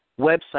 website